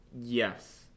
Yes